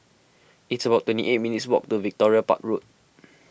it's about twenty eight minutes' walk to Victoria Park Road